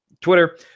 Twitter